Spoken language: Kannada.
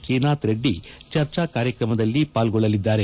ಶ್ರೀನಾಥ್ ರೆಡ್ಡಿ ಚರ್ಚಾ ಕಾರ್ಯಕ್ರಮದಲ್ಲಿ ಪಾಲ್ಗೊಳ್ಳಲಿದ್ದಾರೆ